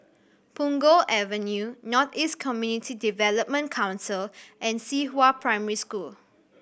Punggol Avenue North East Community Development Council and Cihua Primary School